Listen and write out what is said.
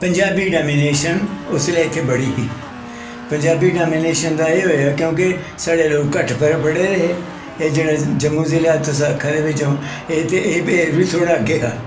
Punjabi domination उसलै इत्थें बड़ी ही पंजाबी डामिनेशन दा एह् होया क्योंकि साढ़े लोग घट्ट पढ़े दे हे ते जेह्ड़े जम्मू जिले दा तुस आक्खा दे भाई एह् फिर बी थोह्ड़ा अग्गें हा